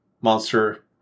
monster